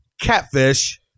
catfish